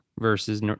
versus